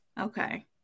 Okay